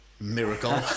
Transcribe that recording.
miracle